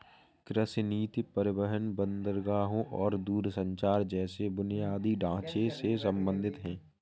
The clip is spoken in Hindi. कृषि नीति परिवहन, बंदरगाहों और दूरसंचार जैसे बुनियादी ढांचे से संबंधित है